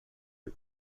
the